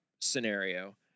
scenario